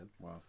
Wow